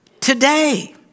today